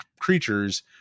creatures